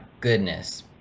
goodness